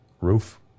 Roof